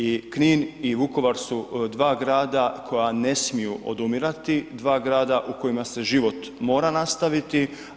I Knin i Vukovar su dva grada koja ne smiju odumirati, dva grada u kojima se život mora nastaviti.